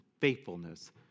faithfulness